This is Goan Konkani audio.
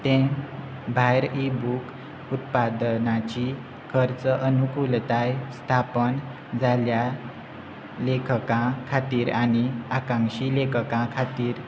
ते भायर ईबूक उत्पादनाची खर्च अनुकूलताय स्थापण जाल्या लेखकां खातीर आनी आकांक्षी लेखकां खातीर